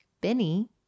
Benny